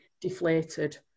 deflated